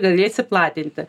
galėsi platinti